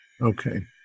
Okay